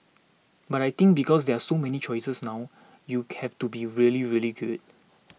but I think because there are so many choices now you have to be really really good